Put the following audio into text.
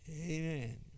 Amen